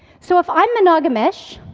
so if i'm monogamish,